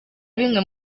bimwe